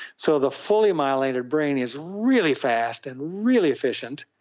so the fully myelinated brain is really fast and really efficient,